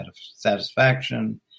satisfaction